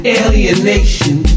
alienation